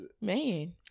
man